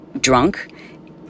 drunk